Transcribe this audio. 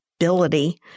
ability